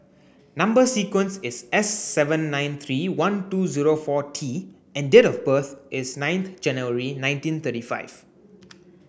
number sequence is S seven nine three one two zero four T and date of birth is ninth January nineteen thirty five